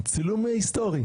צילום היסטורי.